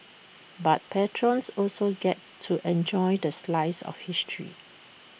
but patrons also get to enjoy the slice of history